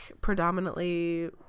predominantly